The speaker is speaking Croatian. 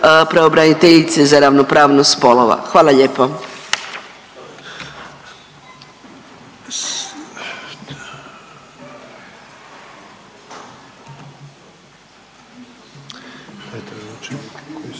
za ravnopravnost spolova. Da li